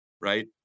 right